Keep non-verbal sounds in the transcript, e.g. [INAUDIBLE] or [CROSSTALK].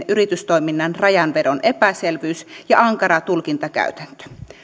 [UNINTELLIGIBLE] yritystoiminnan rajanvedon epäselvyys ja ankara tulkintakäytäntö